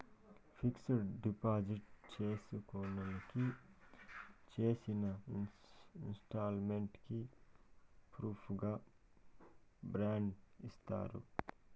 fixed deposit చేసినోళ్ళకి చేసిన investment కి ప్రూఫుగా బాండ్ ఇత్తారు